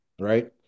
right